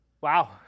Wow